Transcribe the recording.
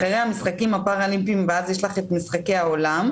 אחרי המשחקים הפאראלימפיים ואז יש לך משחקי העולם,